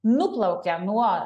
nuplaukė nuo